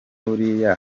buriya